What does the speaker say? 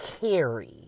carry